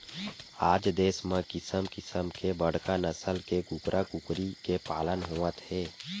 आज देस म किसम किसम के बड़का नसल के कूकरा कुकरी के पालन होवत हे